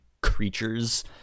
creatures